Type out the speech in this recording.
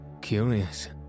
Curious